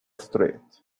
street